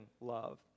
love